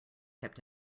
kept